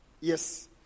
Yes